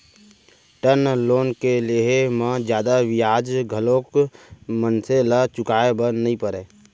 term loan के लेहे म जादा बियाज घलोक मनसे ल चुकाय बर नइ परय